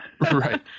right